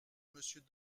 monsieur